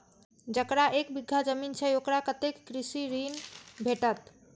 जकरा एक बिघा जमीन छै औकरा कतेक कृषि ऋण भेटत?